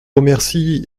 remercie